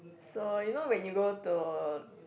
so you know when you go to